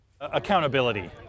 Accountability